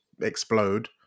explode